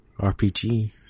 RPG